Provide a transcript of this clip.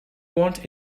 want